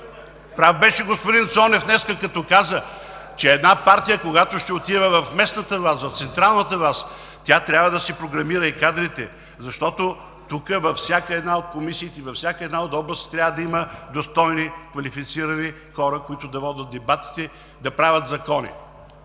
Прав беше господин Цонев днес, като каза, че една партия, когато ще отива в местната, в централната власт, трябва да си програмира и кадрите, защото тук, във всяка една от комисиите, във всяка една от областите трябва да има достойни, квалифицирани хора, които да водят дебатите, да правят закони.